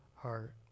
heart